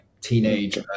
teenage